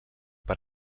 per